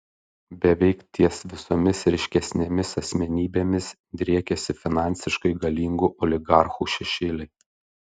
beveik ties visomis ryškesnėmis asmenybėmis driekiasi finansiškai galingų oligarchų šešėliai